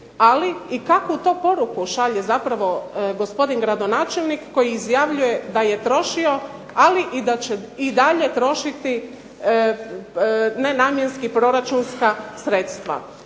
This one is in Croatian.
ali i kakvu to poruku šalje zapravo gospodin gradonačelnik koji izjavljuje da je trošio i da će i dalje trošiti nenamjenski proračunska sredstva.